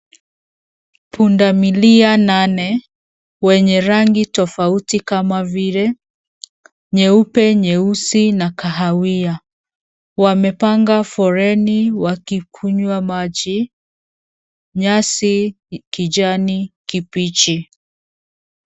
Punda milia nane wenye rangi tofauti kama vile nyeupe, nyeusi na kahawia. Wamepanga foleni wa kikunywa maji, nyasi kijani kibichi.